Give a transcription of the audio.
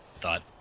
thought